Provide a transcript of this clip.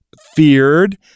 feared